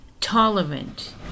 tolerant